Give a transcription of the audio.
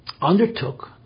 undertook